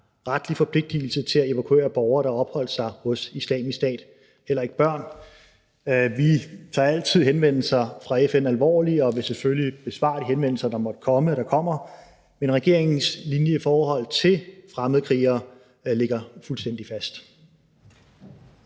retlig forpligtigelse til at evakuere borgere, der har opholdt sig hos Islamisk Stat, heller ikke børn. Vi tager altid henvendelser fra FN alvorligt og vil selvfølgelig besvare de henvendelser, der måtte komme, og som kommer, men regeringens linje i forhold til fremmedkrigere ligger fuldstændig fast.